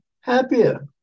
happier